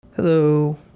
Hello